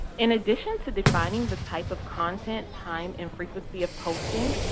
in addition to defining the type of content, time, and frequency of posting,